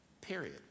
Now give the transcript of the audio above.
period